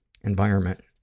environment